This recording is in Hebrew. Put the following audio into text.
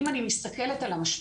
אם אני מסתכלת על המשפך,